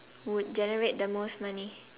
would generate the most money